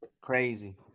crazy